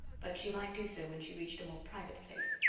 but she might do so when she reached a more private place.